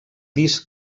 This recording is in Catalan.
disc